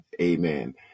Amen